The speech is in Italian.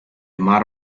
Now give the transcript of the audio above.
mar